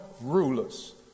rulers